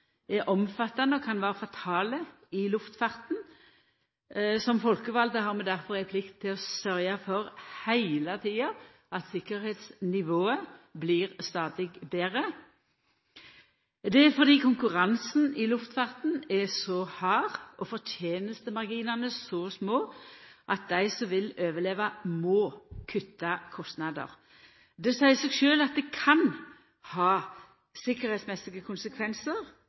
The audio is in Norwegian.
er omfattande og kan vera fatale i luftfarten. Som folkevalde har vi difor ei plikt heile tida til å sørgja for at tryggleiksnivået stadig blir betre. Det er fordi konkurransen i luftfarten er så hard og fortenestemarginane så små at dei som vil overleva, må kutta kostnader. Det seier seg sjølv at akkurat det kan ha tryggleiksmessige konsekvensar.